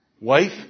Wife